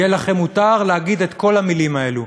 יהיה מותר לכם להגיד את כל המילים האלו.